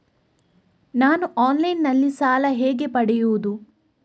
ನಾನು ಆನ್ಲೈನ್ನಲ್ಲಿ ಸಾಲ ಹೇಗೆ ಪಡೆಯುವುದು?